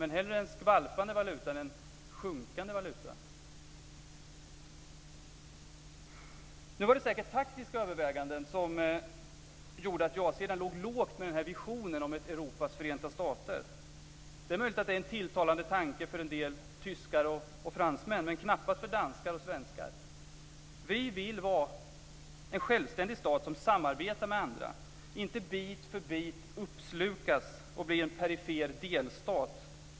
Men hellre en skvalpande valuta än en sjunkande valuta! Det var säkert taktiska överväganden som gjorde att ja-sidan låg lågt med visionen om ett Europas förenta stater. Det är möjligt att det är en tilltalande tanke för en del tyskar och fransmän, men knappast för danskar och svenskar.